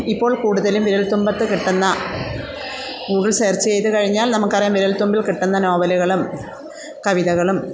ഇപ്പോൾ കൂടുതലും വിരൽ തുമ്പത്ത് കിട്ടുന്ന ഗൂഗിൾ സേർച്ച് ചെയ്ത് കഴിഞ്ഞാൽ നമുക്ക് അറിയാം വിരൽത്തുമ്പിൽ കിട്ടുന്ന നോവലുകളും കവിതകളും